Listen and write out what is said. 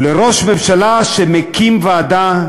ולראש ממשלה שמקים ועדה,